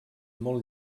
molt